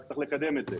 רק צריך לקדם את זה.